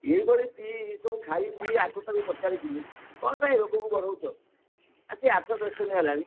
ଏଇଭଳି ପିଇ ସବୁ ଖାଇପିଇ ଆକୁ ତାକୁ ପଚାରିକିନି କ'ଣ ପାଇଁ ରୋଗକୁ ବଢ଼ଉଛ ଆସି ଆଠ ଦଶ ଦିନ ହେଲାଣି